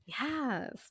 Yes